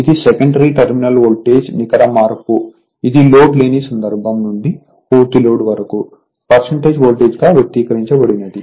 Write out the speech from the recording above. ఇది secondary terminal voltage నికర మార్పు ఇది లోడ్ లేని సందర్భం నుండి పూర్తి లోడ్ వరకు వోల్టేజ్ గా వ్యక్తీకరించబడినది